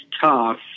tough